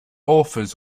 authors